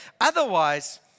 Otherwise